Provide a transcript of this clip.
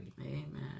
Amen